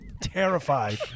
terrified